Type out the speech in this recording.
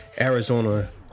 Arizona